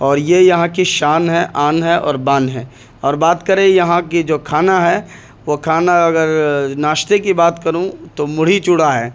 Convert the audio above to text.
اور یہ یہاں کی شان ہے آن ہے اور بان ہے اور بات کریں یہاں کی جو کھانا ہے وہ کھانا اگر ناشتے کی بات کروں تو مڑھی چوڑا ہے